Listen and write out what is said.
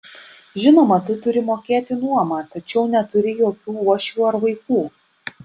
žinoma tu turi mokėti nuomą tačiau neturi jokių uošvių ar vaikų